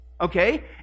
okay